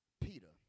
Peter